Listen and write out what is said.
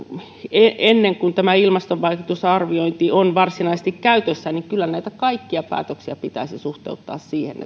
ennen kuin tämä ilmastovaikutusten arviointi on varsinaisesti käytössä näitä kaikkia päätöksiä pitäisi suhteuttaa siihen